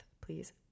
Please